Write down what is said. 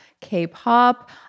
K-pop